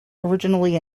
originally